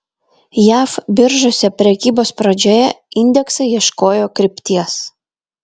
jav biržose prekybos pradžioje indeksai ieškojo krypties